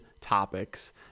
topics